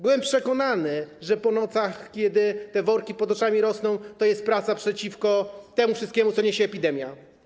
Byłem przekonany, że po nocach, kiedy te worki pod oczami rosną, to jest praca przeciwko temu wszystkiemu, co niesie epidemia.